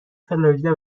فلوریدا